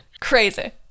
crazy